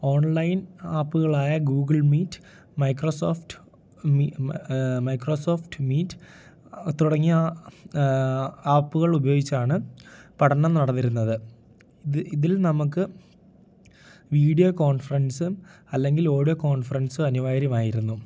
online ആപ്പുകളായ Google Meet Microsoft Microsoft Meet തുടങ്ങിയ ആപ്പ്കൾ ഉപയോഗിച്ചാണ് പഠനം നടന്നിരുന്നത് ഇത് ഇതിൽ നമുക്ക് വീഡിയോ കോൺഫറൻസും അല്ലെങ്കിൽ ഓഡിയോ കോൺഫറൻസും അനിവാര്യമായിരുന്നു